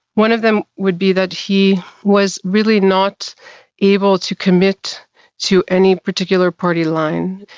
one of them would be that he was really not able to commit to any particular party line.